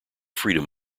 freedom